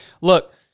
Look